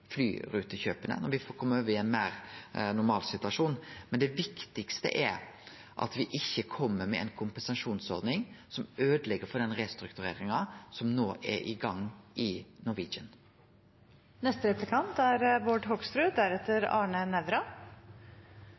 over i ein meir normal situasjon. Men det viktigaste er at me ikkje kjem med ei kompensasjonsordning som øydelegg for den restruktureringa som no er i gang i